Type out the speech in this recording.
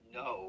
no